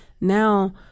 now